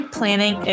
Planning